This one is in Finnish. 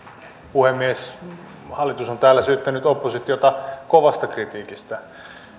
puhemies hallitus on täällä syyttänyt oppositiota kovasta kritiikistä